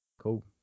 cool